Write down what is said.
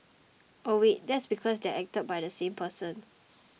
oh wait that's because they're acted by the same person